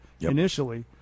initially